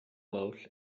veus